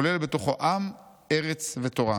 שכן השם 'ישראל' כולל בתוכו עם, ארץ ותורה.